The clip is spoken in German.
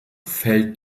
fällt